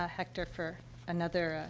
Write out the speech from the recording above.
ah hector, for another,